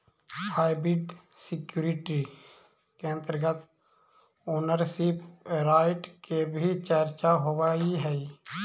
hybrid security के अंतर्गत ownership right के भी चर्चा होवऽ हइ